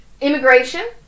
immigration